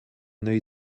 wnei